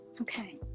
Okay